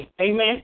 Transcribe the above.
Amen